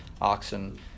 oxen